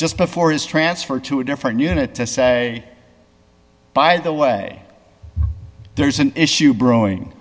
just before his transfer to a different unit to say by the way there's an issue brewing